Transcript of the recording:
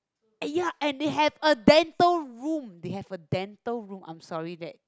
eh ya and had a dental room they have a dental room I'm sorry that